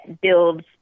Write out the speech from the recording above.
builds